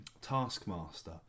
Taskmaster